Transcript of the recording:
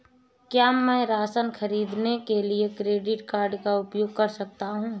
क्या मैं राशन खरीदने के लिए क्रेडिट कार्ड का उपयोग कर सकता हूँ?